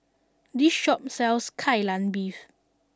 this shop sells Kai Lan Beef